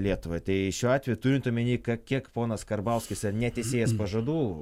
lietuvai tai šiuo atveju turint omeny ka kiek ponas karbauskis yra netesėjęs pažadų